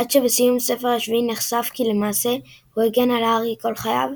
עד שבסיום הספר השביעי נחשף כי למעשה הוא הגן על הארי כל חייו,